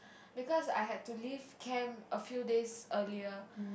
because I had to leave camp a few days earlier